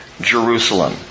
Jerusalem